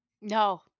No